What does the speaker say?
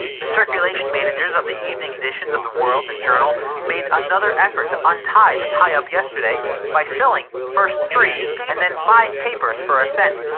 the circulation managers of the evening editions of the world and journal made another effort to untie the tie-up yesterday by selling first three and then five papers for a cent,